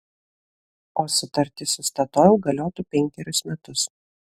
o sutartis su statoil galiotų penkerius metus